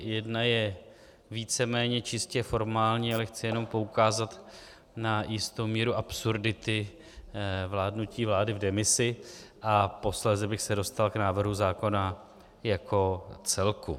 Jedna je víceméně čistě formální, ale chci jenom poukázat na jistou míru absurdity vládnutí vlády v demisi, a posléze bych se dostal k návrhu zákona jako celku.